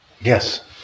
Yes